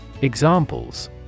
Examples